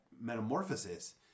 metamorphosis